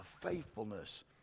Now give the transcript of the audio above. faithfulness